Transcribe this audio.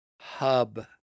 hub